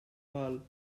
vol